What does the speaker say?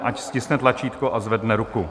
Ať stiskne tlačítko a zvedne ruku.